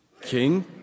King